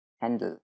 handle